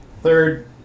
Third